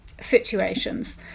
situations